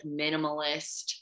minimalist